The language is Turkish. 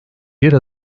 bir